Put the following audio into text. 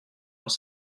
dans